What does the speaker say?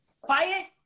quiet